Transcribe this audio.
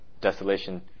desolation